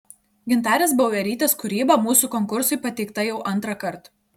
gintarės bauerytės kūryba mūsų konkursui pateikta jau antrąkart